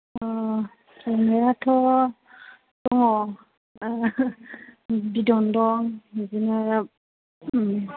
दंनायाथ' दङ बिदन दं बिदिनो